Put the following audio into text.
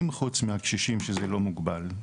חוץ מהקשישים שזה לא מוגבל.